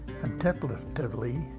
contemplatively